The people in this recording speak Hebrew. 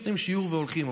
נותנים שיעור והולכים,